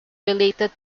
related